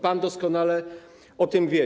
Pan doskonale o tym wie.